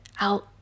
out